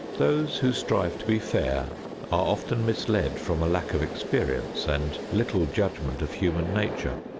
those who strive to be fair are often misled from a lack of experience and little judgment of human nature.